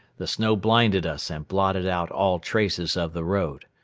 the snow blinded us and blotted out all traces of the road.